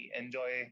enjoy